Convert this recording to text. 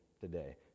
today